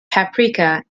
paprika